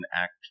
act